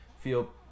feel